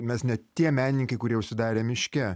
mes ne tie menininkai kurie užsidarę miške